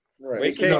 Right